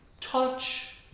touch